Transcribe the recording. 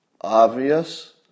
obvious